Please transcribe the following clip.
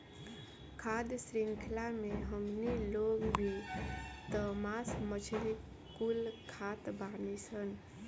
खाद्य शृंख्ला मे हमनी लोग भी त मास मछली कुल खात बानीसन